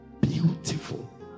beautiful